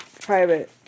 Private